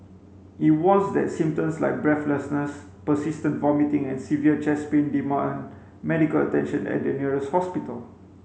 it warns that symptoms like breathlessness persistent vomiting and severe chest pain demand medical attention at the nearest hospital